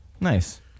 Nice